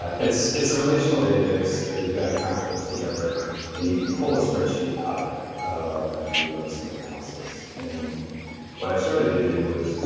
it's. it's a relational database that you've got to kind of put together and you can pull a spreadsheet out of it after you run some analysis. and what i've started to do is, you